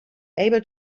able